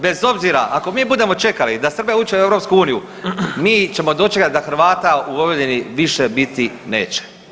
Bez obzira ako mi budemo čekali da Srbija uđe u EU mi ćemo dočekat da Hrvata u Vojvodini više biti neće.